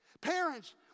Parents